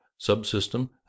subsystem